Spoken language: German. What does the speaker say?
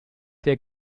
der